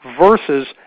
versus